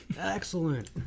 excellent